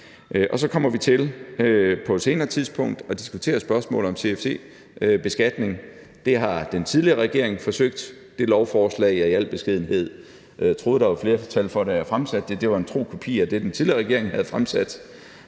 Så kommer vi til på et senere tidspunkt at diskutere spørgsmålet om CFC-beskatning. Det har den tidligere regering forsøgt, og det lovforslag, jeg i al beskedenhed troede der var flertal for, da jeg fremsatte det, var en tro kopi af det, den tidligere regering havde fremsat.